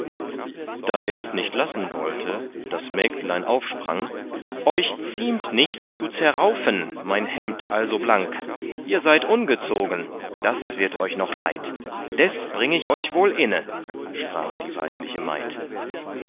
da ers nicht lassen wollte das mägdlein aufsprang euch ziemt nicht zu zerraufen mein hemd also blank ihr seid ungezogen das wird euch noch leid des bring ich euch wohl inne sprach die weidliche maid